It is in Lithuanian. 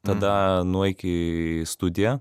tada nueik į studiją